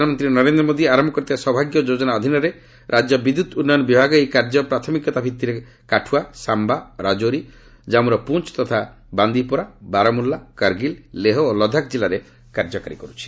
ପ୍ରଧାନମନ୍ତ୍ରୀ ନରେନ୍ଦ୍ର ମୋଦି ଆରମ୍ଭ କରିଥିବା ସୌଭାଗ୍ୟ ଯୋଜନା ଅଧୀନରେ ରାଜ୍ୟ ବିଦ୍ୟୁତ ଉନ୍ନୟନ ବିଭାଗ ଏହି କାର୍ଯ୍ୟ ପ୍ରାଥମିକତା ଭିତ୍ତିରୋ କାଠୁଆ ସାମ୍ଭା ରାଜୌରୀ କାଞ୍ଚୁର ପୁଞ୍ଚ୍ ତଥା ବାନ୍ଦିପୁରା ବାରମୁଲା କାରର୍ଗିଲ୍ ଲେହ ଓ ଲଦାଖ ଜିଲ୍ଲାରେ କାର୍ଯ୍ୟକାରୀ କର୍ ଛି